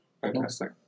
Fantastic